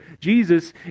Jesus